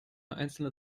einzelne